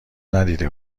ندیده